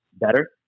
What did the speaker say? better